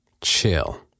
Chill